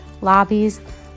lobbies